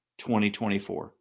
2024